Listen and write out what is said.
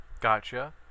gotcha